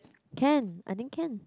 can I think can